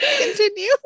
Continue